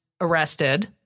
arrested